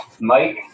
Mike